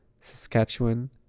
Saskatchewan